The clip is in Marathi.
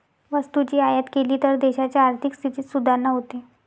वस्तूची आयात केली तर देशाच्या आर्थिक स्थितीत सुधारणा होते